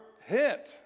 hit